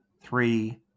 three